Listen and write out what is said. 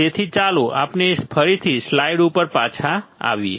તેથી ચાલો આપણે ફરીથી સ્લાઇડ ઉપર પાછા આવીએ